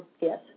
Yes